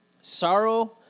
sorrow